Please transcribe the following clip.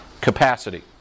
capacity